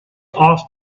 off